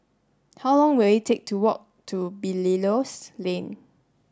how long will it take to walk to Belilios Lane